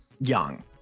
young